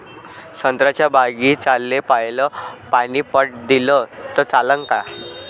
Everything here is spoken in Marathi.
संत्र्याच्या बागीचाले पयलं पानी पट दिलं त चालन का?